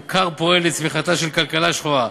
הוא כר פורה לצמיחתה של כלכלה שחורה.